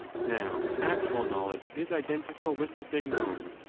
now actual knowledge is identical with the thing known,